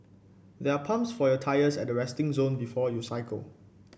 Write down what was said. there are pumps for your tyres at the resting zone before you cycle